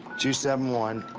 two seven one